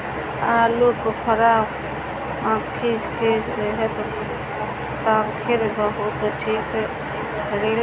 आलूबुखारा आंखी के सेहत खातिर बहुते ठीक रहेला